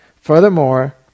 Furthermore